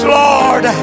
lord